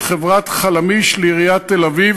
את חברת "חלמיש" לעיריית תל-אביב,